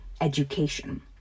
education